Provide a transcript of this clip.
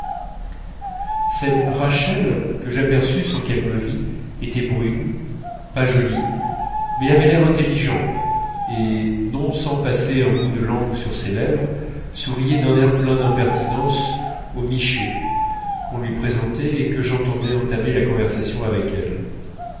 cette rachel que j'aperçus sans qu'elle me vît était brune pas jolie mais avait l'air intelligent et non sans passer un bout de langue sur ses lèvres souriait d'un air plein d'impertinence aux michés qu'on lui présentait et que j'entendais entamer la conversation avec elle